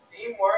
Teamwork